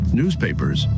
newspapers